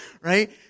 Right